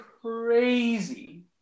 crazy